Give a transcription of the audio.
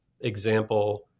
example